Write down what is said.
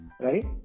right